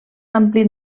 ampli